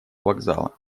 вокзала